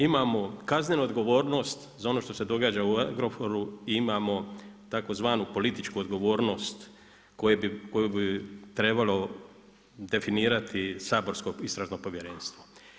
Imamo kaznenu odgovornost za ono što se događa u Agrokoru i imamo tzv. političku odgovornost koju bi trebalo definirati saborsko Istražno povjerenstvo.